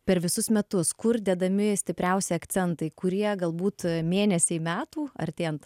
per visus metus kur dedami stipriausi akcentai kurie galbūt mėnesiai metų artėjant